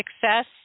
success